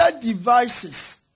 devices